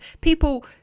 people